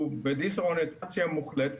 הוא בדיסאוריינטציה מוחלטת,